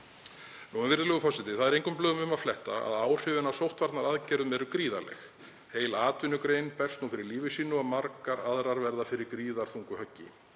Virðulegur forseti. Það er engum blöðum um að fletta að áhrifin af sóttvarnaaðgerðum eru gríðarleg. Heil atvinnugrein berst nú fyrir lífi sínu og margar aðrar verða fyrir gríðarþungu höggi.